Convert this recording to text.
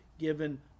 Given